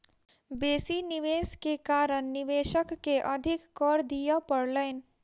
बेसी निवेश के कारण निवेशक के अधिक कर दिअ पड़लैन